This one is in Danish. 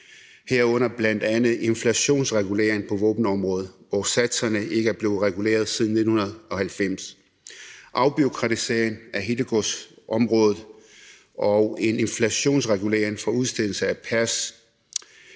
herunder bl.a. inflationsregulering på våbenområdet, hvor satserne ikke er blevet reguleret siden 1990. Der sker en afbureaukratisering af hittegodsområdet og en inflationsregulering for udstedelse af pas.